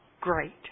great